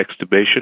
extubation